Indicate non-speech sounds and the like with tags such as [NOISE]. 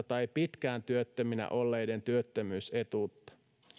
[UNINTELLIGIBLE] tai pitkään työttöminä olleiden työttömyysetuutta